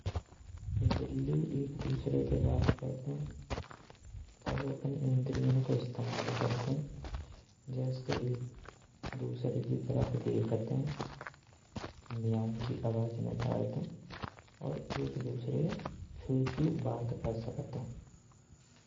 बिल्लियों एक दूसरे ते बात करतें तो बउ अपनी इंद्रियों को इस्तेमाल करतें, जैसे कि एक दूसरे की तरफ देखते मेंओं की आवाज़ निकालते और एक दूसरेयो छू के क्यूं बात कर सकतें।